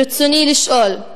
ברצוני לשאול: